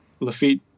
Lafitte